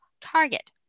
Target